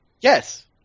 Yes